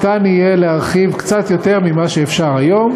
אפשר יהיה להרחיב קצת יותר ממה שאפשר היום,